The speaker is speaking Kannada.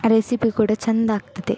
ರೆಸಿಪಿ ಕೂಡ ಚೆಂದ ಆಗ್ತದೆ